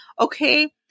Okay